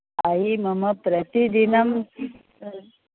I मम प्रतिदिनं